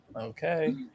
okay